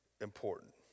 important